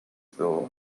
though